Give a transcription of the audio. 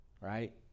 right